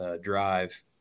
drive